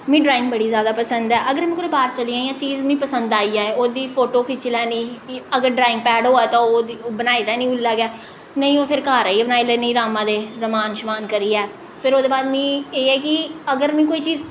मी drawing बड़ी जैदा पसंद ऐ अगर में कुतै बाह्र चली जांऽ जां चीज मी पसंद आई जाए ओह्दी फोटो खिच्ची लैन्नीं अगर ड्राइंग पैड होऐ तो ओह्दी बनाई लैन्नीं उल्लै गै नेईं होऐ फिर घर आइयै बनाई लैन्नीं रामा दे रमान श्मान करियै फिर ओह्दे बाद मी एह् ऐ कि अगर मी कोई चीज